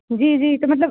जी जी तो मतलब